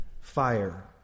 fire